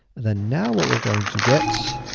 then now, what we're going to get